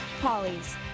Polly's